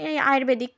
Ayurvedic